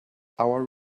our